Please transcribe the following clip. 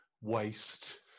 waste